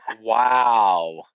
wow